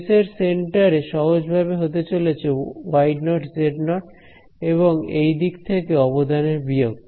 space এর centre সহজভাবে হতে চলেছে y0 z0 এবং এই দিক থেকে অবদানের বিয়োগ